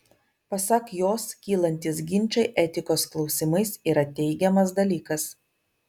pasak jos kylantys ginčai etikos klausimais yra teigiamas dalykas